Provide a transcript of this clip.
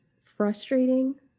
frustrating